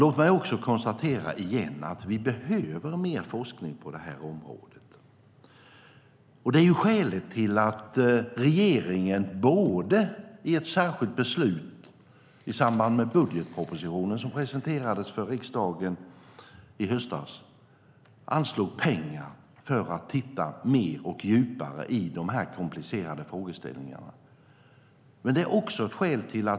Vi behöver mer forskning på det här området. Det är skälet till att regeringen i ett särskilt beslut i samband med budgetpropositionen som presenterades för riksdagen i höstas anslog pengar för att titta mer och djupare på de här komplicerade frågorna.